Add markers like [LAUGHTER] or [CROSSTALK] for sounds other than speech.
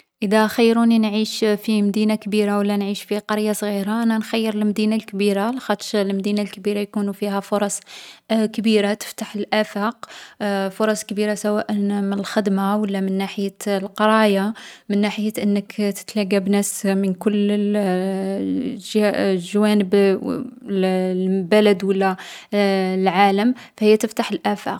﻿إذا خيروني نعيش في مدينة كبيرة و لا في قرية صفيرة، نخير المدينة الكبيرة لاخاطش المدينة يكونو فيها فرص كبيرة تفتح الآفاق، [HESITATION] فرص كبيرة سواءا من الخدمة ولا من ناحية القرايا من ناحية أنك تتلاقا بناس من كل ال- [HESITATION] الج- الجوانب البلد [HESITATION] و لا العالم. فهي تفتح